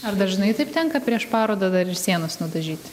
ar dažnai taip tenka prieš parodą dar ir sienas nudažyti